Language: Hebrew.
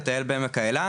לטייל בעמק האלה